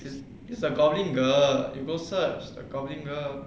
is is the goblin girl you go search the goblin girl